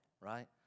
right